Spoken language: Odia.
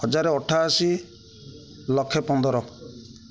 ହଜାର ଅଠେଇଶ ଲକ୍ଷ ପନ୍ଦର